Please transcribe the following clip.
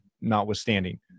notwithstanding